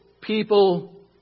people